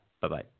Bye-bye